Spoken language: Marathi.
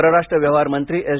परराष्ट्र व्यवहार मंत्री एस